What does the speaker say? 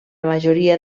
majoria